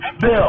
Bill